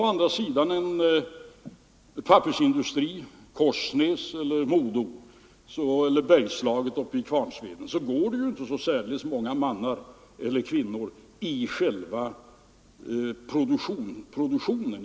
Å andra sidan kan vi t.ex. se på en pappersindustri — Korsnäs-Marma, Modo eller Bergslaget uppe i Kvarnsveden. I pappershallen på en sådan anläggning finns det inte så särdeles många mannar eller kvinnor.